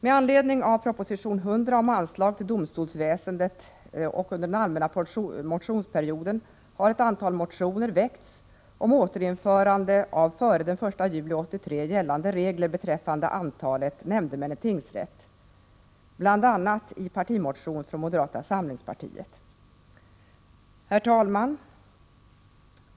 Med anledning av proposition 100 om anslag till domstolsväsendet samt under den allmänna motionsperioden har ett antal motioner väckts om återinförande av före den 1 juli 1983 gällande regler beträffande antalet nämndemän i tingsrätt, bl.a. en partimotion från moderata samlingspartiet. Herr talman!